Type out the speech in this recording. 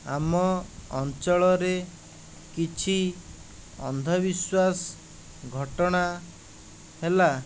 ଆମ ଅଞ୍ଚଳରେ କିଛି ଅନ୍ଧବିଶ୍ୱାସ ଘଟଣା ହେଲା